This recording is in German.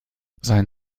sein